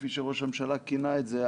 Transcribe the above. כפי שראש הממשלה כינה את זה,